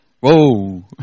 Whoa